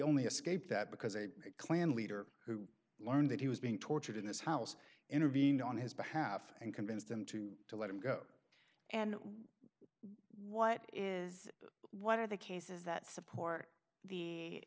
only escaped that because a clan leader who learned that he was being tortured in this house intervened on his behalf and convinced them to let him go and what is what are the cases that support the